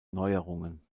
neuerungen